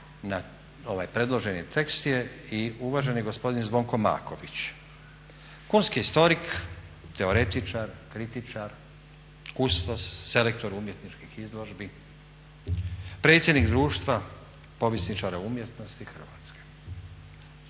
ovaj predloženi tekst je i uvaženi gospodin Zvonko Maković, …/Govornik se ne razumije./… historik, teoretičar, kritičar, kustos, selektor umjetničkih izložbi, predsjednik Društva povjesničara umjetnosti Hrvatske.